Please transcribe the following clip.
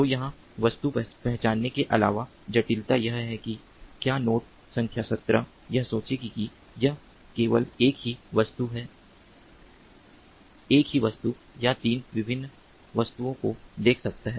तो यहाँ वस्तु पहचानने के अलावा जटिलता यह है कि क्या नोड संख्या 17 यह सोचेगी कि यह केवल एक ही वस्तु या 3 विभिन्न वस्तुओं को देख सकता है